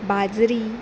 बाजरी